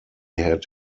had